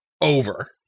over